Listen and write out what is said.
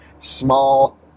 small